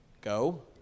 Go